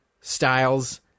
Styles